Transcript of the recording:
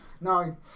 No